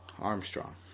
Armstrong